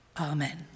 amen